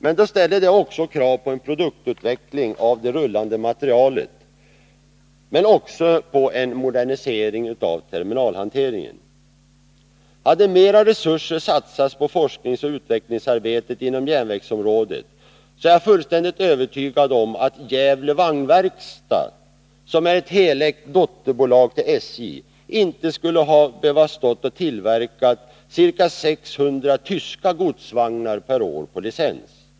Det ställer krav på en produktutveckling avseende den rullande materielen, men också på en modernisering av terminalhanteringen. Hade mer resurser satsats på forskningsoch utvecklingsarbetet inom järnvägsområdet, är jag fullständigt övertygad om att Gävle Vagnverkstad, som är ett helägt dotterbolag till SJ, inte skulle ha behövt tillverka ca 600 tyska godsvagnar per år på licens.